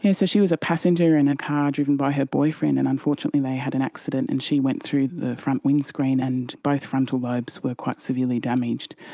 yeah so she was a passenger in a car driven by her boyfriend and unfortunately they had an accident and she went through the front windscreen and both frontal lobes were quite severely damaged.